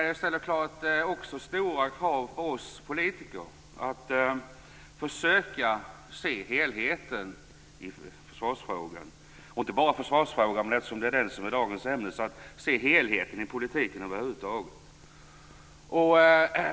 Det ställer också stora krav på oss politiker att försöka se helheten i försvarsfrågan - men inte bara i försvarsfrågan, som är dagens ämne. Det gäller också att se helheten i politiken över huvud taget.